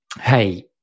hey